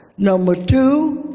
number two,